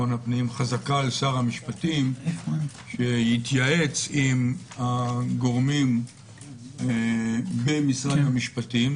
הפנים חזקה על שר המשפטים שיתייעץ עם הגורמים במשרד המשפטים,